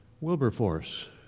Wilberforce